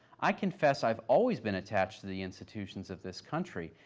i confess i've always been attached to the institutions of this country,